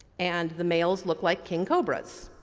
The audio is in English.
and the males look like king cobras.